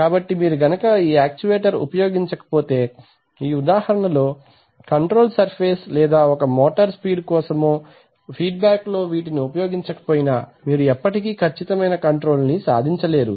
కాబట్టి మీరు గనుక ఈ యాక్చువేటర్స్ఉపయోగించకపోతే ఈ ఉదాహరణలో కంట్రోల్ సర్ఫేస్ కోసం లేదా ఒక మోటార్ స్పీడు కోసమో ఫీడ్ బ్యాక్ లో వీటిని ఉపయోగించక పోయినా మీరు ఎప్పటికీ ఖచ్చితమైన కంట్రోల్ సాధించలేరు